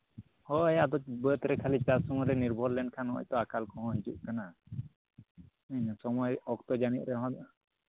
ᱦᱳᱭ ᱟᱫᱚ ᱵᱟᱹᱫᱽ ᱨᱮ ᱠᱷᱟᱹᱞᱤ ᱪᱟᱥ ᱨᱮ ᱥᱩᱢᱩᱝ ᱨᱮ ᱱᱤᱨᱵᱷᱚᱨ ᱞᱮᱱ ᱠᱷᱟᱱ ᱢᱟ ᱟᱠᱟᱞ ᱠᱚᱦᱚᱸ ᱦᱤᱡᱩᱜ ᱠᱟᱱᱟ ᱥᱚᱢᱚᱭ ᱚᱠᱛᱚ ᱡᱟᱹᱱᱤᱡ ᱨᱮᱦᱚᱸ